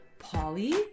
Polly